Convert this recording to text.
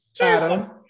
Adam